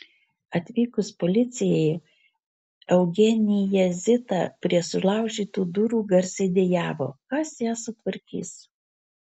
atvykus policijai eugenija zita prie sulaužytų durų garsiai dejavo kas jas sutvarkys